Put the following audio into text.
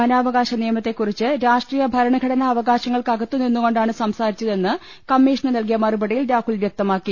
വനാവകാശ നിയമത്തെ ക്കുറിച്ച് രാഷ്ട്രീയ ഭരണഘടനാ അവകാശങ്ങൾക്കകത്തുനി ന്നുകൊണ്ടാണ് സംസാരിച്ചതെന്ന് കമ്മീഷനു നല്കിയ മറുപടിയിൽ രാഹുൽ വൃക്തമാക്കി